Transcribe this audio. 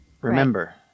Remember